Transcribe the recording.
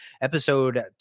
episode